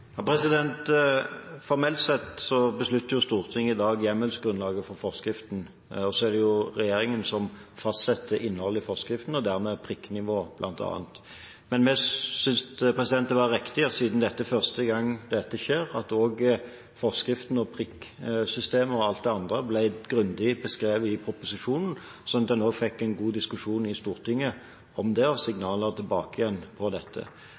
dag hjemmelsgrunnlaget for forskriften. Så er det regjeringen som fastsetter innholdet i forskriften og dermed prikknivået bl.a. Men vi syntes det var riktig – siden det er første gang det skjer – at forskriften, prikksystemet og alt det andre ble grundig beskrevet i proposisjonen, sånn at en fikk en god diskusjon også i Stortinget om det og signaler tilbake om dette. Når dette